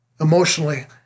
emotionally